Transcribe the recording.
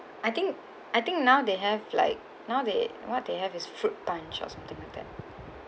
I think I think now they have like now they what they have is fruit punch or something like that